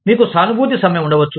మీకు సానుభూతి సమ్మె ఉండవచ్చు